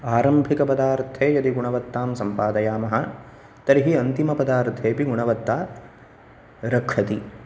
आरम्भिक पदार्थे यदि गुणवत्तां सम्पादयामः तर्हि अन्तिम पदार्थेऽपि गुणवत्ता रक्षति